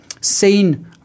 seen